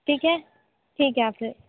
ठीक है ठीक है आप फिर